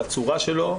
על הצורה שלו,